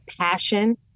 passion